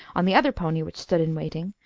on the other pony which stood in waiting,